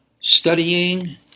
studying